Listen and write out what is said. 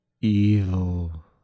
Evil